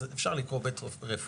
אז אפשר לקרוא בית רפואה,